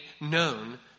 known